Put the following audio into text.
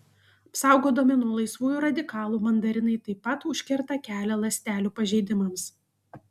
apsaugodami nuo laisvųjų radikalų mandarinai taip pat užkerta kelią ląstelių pažeidimams